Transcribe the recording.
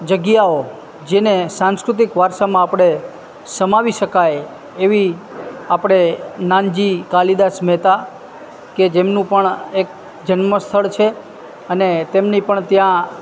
જગ્યાઓ જેને સાંસ્કૃતિક વારસામાં આપણે સમાવી શકાય એવી આપણે નાનજી કાલિદાસ મહેતા કે જેમનું પણ એક જન્મસ્થળ છે અને તેમની પણ ત્યાં